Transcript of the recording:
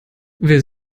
wer